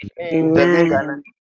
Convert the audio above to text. Amen